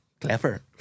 clever